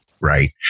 Right